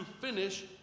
finish